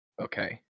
Okay